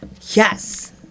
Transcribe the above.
yes